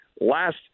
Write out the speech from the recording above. last